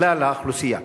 בכלל האוכלוסייה.